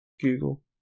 Google